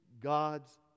God's